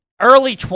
early